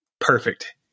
perfect